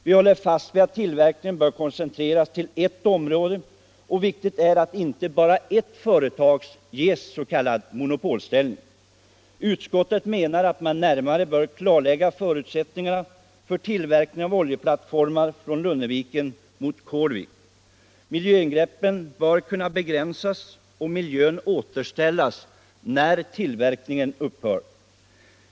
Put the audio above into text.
Vi håller fast vid att tillverkningen bör koncentreras till ers område, och viktigt är att inte bara ert företag ges monopolställning. Utskottet menar att man närmare bör klarlägga förutsättningarna för tillverkning av oljeplattformar från Lunneviken mot Kålvik. Miljöingreppen bör kunna begränsas och miljön återställas när tillverkningen upphör.